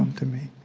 um to me.